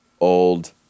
old